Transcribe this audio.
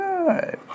Good